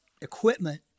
equipment